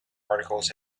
articles